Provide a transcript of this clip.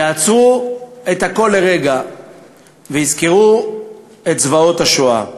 יעצרו את הכול לרגע ויזכרו את זוועות השואה,